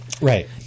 Right